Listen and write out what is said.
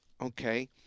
okay